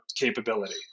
capability